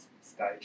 stage